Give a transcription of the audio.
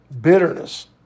Bitterness